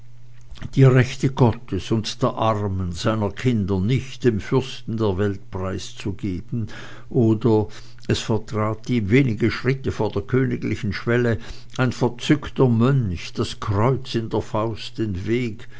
die rechte gottes und der armen seiner kinder nicht dem fürsten der welt preiszugeben oder es vertrat ihm wenige schritte vor der königlichen schwelle ein verzückter mönch das kreuz in der faust den weg